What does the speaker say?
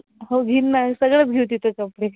हो घेईन ना सगळंच घेऊ तिथे जाऊन भेट